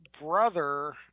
brother